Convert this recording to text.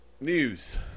news